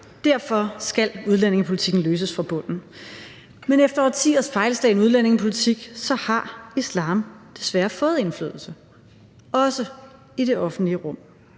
Derfor skal udlændingepolitikken løses fra bunden. Men efter årtiers fejlslagen udlændingepolitik har islam desværre fået indflydelse, også i det offentlige rum.